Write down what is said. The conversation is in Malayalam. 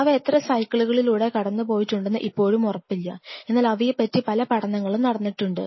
അവ എത്ര സൈക്കിളുകളിലൂടെ കടന്നു പോയിട്ടുണ്ടെന്ന് ഇപ്പോഴും ഉറപ്പില്ല എന്നാൽ അവയെപ്പറ്റി പല പഠനങ്ങളും നടന്നിട്ടുണ്ട്